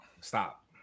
Stop